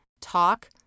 talk